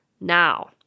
now